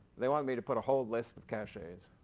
they wanted me to put a whole list of cachets.